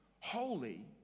holy